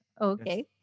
Okay